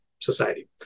society